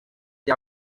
bya